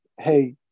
hey